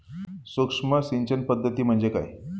सूक्ष्म सिंचन पद्धती म्हणजे काय?